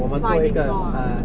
sliding door ah